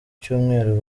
cyumweru